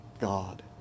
God